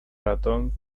ratón